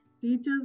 teachers